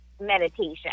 meditation